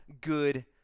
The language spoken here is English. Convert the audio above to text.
good